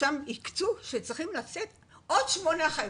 ששם הקצו שצריכות לצאת עוד שמונה אחיות.